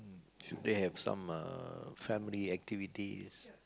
should they have some uh family activities